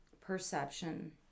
perception